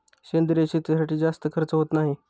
सेंद्रिय शेतीसाठी जास्त खर्च होत नाही